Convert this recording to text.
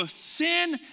sin